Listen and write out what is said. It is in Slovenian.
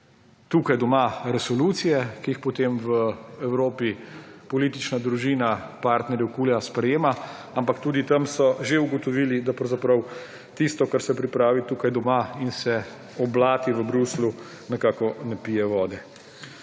tukaj doma resolucije, ki jih potem v Evropi politična družina, partnerji KUL-a, sprejema, ampak tudi tam so že ugotovili, da pravzaprav tisto, kar se pripravi tukaj doma in se oblati v Bruslju, nekako ne pije vode.